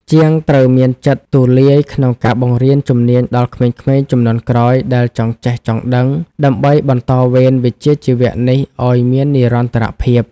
ជាងត្រូវមានចិត្តទូលាយក្នុងការបង្រៀនជំនាញដល់ក្មេងៗជំនាន់ក្រោយដែលចង់ចេះចង់ដឹង ដើម្បីបន្តវេនវិជ្ជាជីវៈនេះឱ្យមាននិរន្តរភាព។